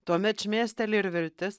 tuomet šmėsteli ir viltis